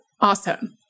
awesome